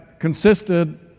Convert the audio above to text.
consisted